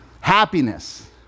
happiness